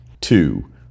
Two